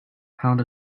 pound